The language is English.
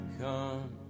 come